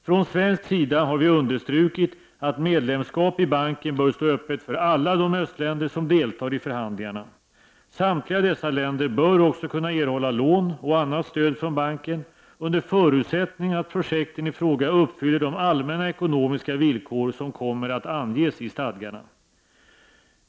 Från svensk sida har vi understrukit att medlemskap i banken bör stå öppet för alla de östländer som deltar i förhandlingarna. Samtliga dessa länder bör också kunna erhålla lån och annat stöd från banken under förutsättning att projekten i fråga uppfyller de allmänna ekonomiska villkor som kommer att anges i stadgarna.